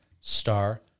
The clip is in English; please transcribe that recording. star